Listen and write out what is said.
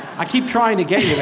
i keep trying to get you